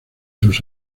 sus